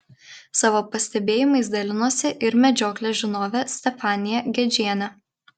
savo pastebėjimais dalinosi ir medžioklės žinovė stefanija gedžienė